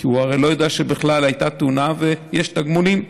כי הוא הרי לא יודע שבכלל הייתה תאונה ויש תגמולים.